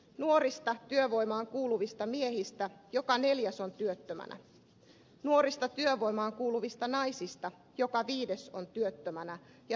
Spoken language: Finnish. nuorista työvoimaan kuuluvista miehistä joka neljäs on työttömänä nuorista työvoimaan kuuluvista naisista joka viides on työttömänä ja tilanne pahenee